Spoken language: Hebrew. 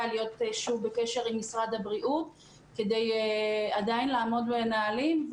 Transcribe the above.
ולהיות שוב בקשר עם משרד הבריאות כדי עדיין לעמוד בנהלים,